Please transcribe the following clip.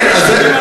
נכון, הם המזרחים.